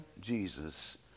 Jesus